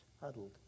huddled